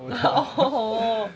oh